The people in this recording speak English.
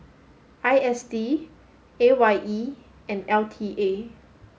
I S D A Y E and L T A